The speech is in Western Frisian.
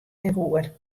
dêroer